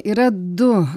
yra du